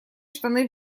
штаны